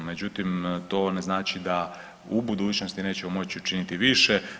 Međutim, to ne znači da u budućnosti nećemo moći učiniti više.